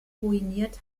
ruiniert